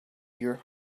your